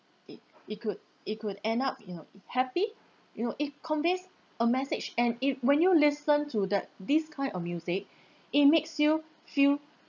it it could it could end up you know happy you know it conveys a message and it when you listen to that this kind of music it makes you feel